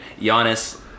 Giannis